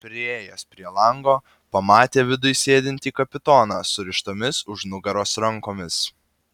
priėjęs prie lango pamatė viduj sėdintį kapitoną surištomis už nugaros rankomis